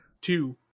Two